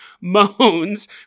moans